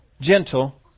gentle